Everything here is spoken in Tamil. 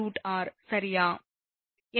0301√r சரியா